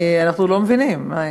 אנחנו לא מבינים.